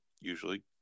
usually